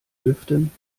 lüften